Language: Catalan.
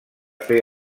fer